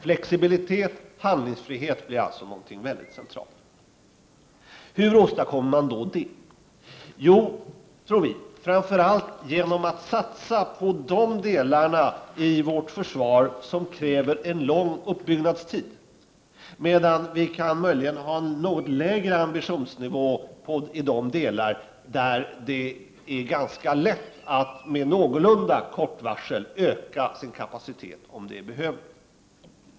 Flexibilitet och handlingsfrihet blir alltså väldigt centrala begrepp. Hur åstadkommer man då detta? Jo, enligt centerns uppfattning framför allt genom att satsa på de delar av vårt försvar som kräver en lång uppbyggnadstid. Möjligen kan vi ha en något lägre ambitionsnivå i de delar där det är ganska lätt att med någorlunda kort varsel öka kapaciteten om det skulle behövas.